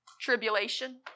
tribulation